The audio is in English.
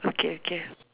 okay okay